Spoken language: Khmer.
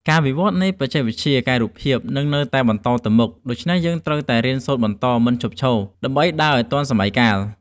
ការវិវត្តន៍នៃបច្ចេកវិទ្យាកែរូបភាពនឹងនៅតែបន្តទៅមុខ ដូច្នេះយើងត្រូវតែបន្តរៀនសូត្រមិនឈប់ឈរដើម្បីដើរឱ្យទាន់សម័យកាល។